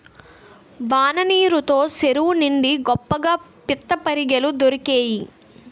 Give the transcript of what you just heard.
వాన నీరు తో సెరువు నిండి గొప్పగా పిత్తపరిగెలు దొరికేయి